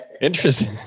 Interesting